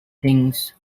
things